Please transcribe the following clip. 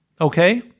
Okay